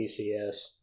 ECS